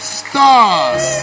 stars